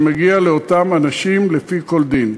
שמגיע לאותם אנשים לפי כל דין.